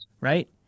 right